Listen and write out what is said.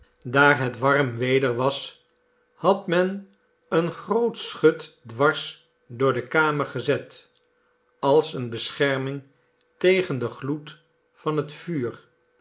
daar het warm weder was had men een groot sehut dwars door de kamer gezet als eerie bescherming tegen den gloed van het vuur